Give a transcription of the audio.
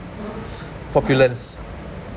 populants